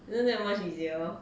isn't that much easier